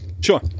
sure